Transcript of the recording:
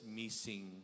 missing